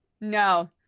No